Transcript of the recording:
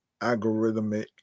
algorithmic